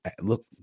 look